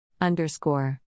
Underscore